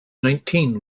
nineteen